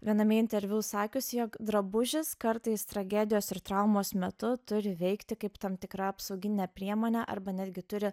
viename interviu sakiusi jog drabužis kartais tragedijos ir traumos metu turi veikti kaip tam tikra apsauginė priemonė arba netgi turi